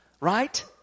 right